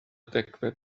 degfed